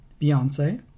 Beyonce